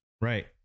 Right